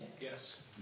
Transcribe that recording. Yes